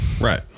Right